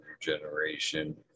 generation